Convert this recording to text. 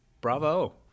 Bravo